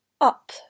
up